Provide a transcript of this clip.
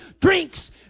drinks